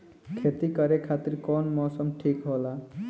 खेती करे खातिर कौन मौसम ठीक होला?